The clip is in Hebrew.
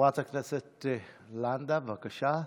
חברת הכנסת לַנְדָה, בבקשה.